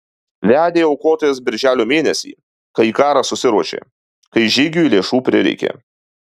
vedė aukotojas birželio mėnesį kai į karą susiruošė kai žygiui lėšų prireikė